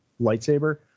lightsaber